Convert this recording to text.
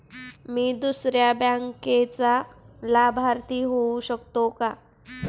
मी दुसऱ्या बँकेचा लाभार्थी होऊ शकतो का?